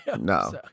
No